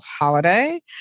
holiday